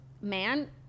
man